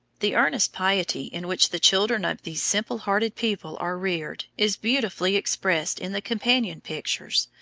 the earnest piety in which the children of these simple-hearted people are reared is beautifully expressed in the companion pictures,